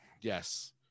Yes